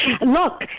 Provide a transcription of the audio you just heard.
Look